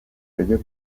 ryo